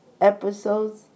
episodes